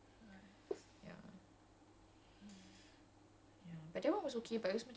and then they continue macam star wars gitu ah so it's like !wah! the timelines is like freaking messed up